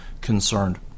concerned